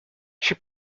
she